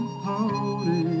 pony